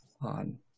on